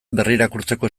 berrirakurtzeko